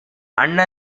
அண்ண